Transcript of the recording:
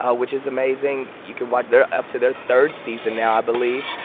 ah which is amazing. you can watch they're up to their third season now, i believe.